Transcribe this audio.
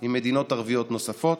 עם מדינות ערביות נוספות.